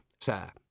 sir